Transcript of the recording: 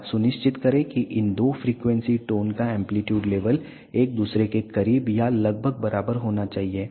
अब सुनिश्चित करें कि इन दो फ्रीक्वेंसी टोन का एंप्लीट्यूड लेवल एक दूसरे के करीब या लगभग बराबर होना चाहिए